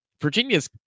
Virginia's